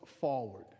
forward